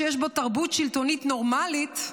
שיש בו תרבות שלטונית נורמלית,